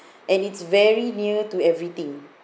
and it's very near to everything